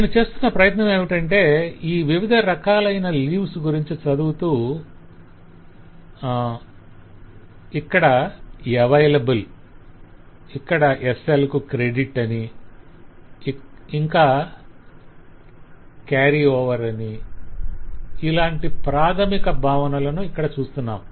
నేను చేస్తున్న ప్రయత్నమేమిటంటే ఈ వివిధ రకాలైన లీవ్స్ గురించి చదువుతూ స్క్రీన్ ను పైకి జరిపి వేరే రంగు పెన్ తో మార్క్ చేద్దాం ఇక్కడ "available" ఇక్కడ SL కు "credit" అని ఇంకా "carried over" అనిఇలాంటి ప్రాధమిక భావనలను ఇక్కడ చూస్తున్నాం